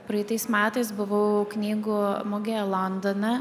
praeitais metais buvau knygų mugėje londone